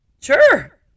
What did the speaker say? Sure